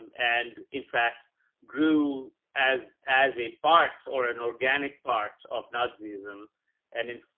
and in fact grew as, as a part or an organic part of nazi-ism and in, ah,